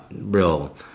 real